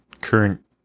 current